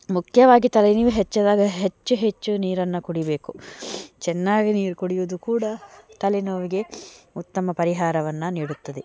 ಮುಖ್ಯವಾಗಿ ತಲೆನೀವು ಹೆಚ್ಚಾದಾಗ ಹೆಚ್ಚು ಹೆಚ್ಚು ನೀರನ್ನು ಕುಡಿಬೇಕು ಚೆನ್ನಾಗಿ ನೀರು ಕುಡಿಯೋದು ಕೂಡ ತಲೆನೋವಿಗೆ ಉತ್ತಮ ಪರಿಹಾರವನ್ನು ನೀಡುತ್ತದೆ